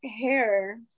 hair